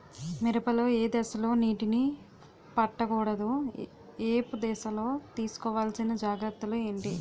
మిరప లో ఏ దశలో నీటినీ పట్టకూడదు? ఏపు దశలో తీసుకోవాల్సిన జాగ్రత్తలు ఏంటి?